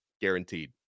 guaranteed